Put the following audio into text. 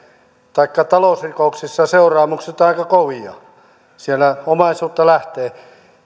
taikka talousrikoksissa seuraamukset ovat aika kovia siellä omaisuutta lähtee